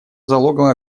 залогом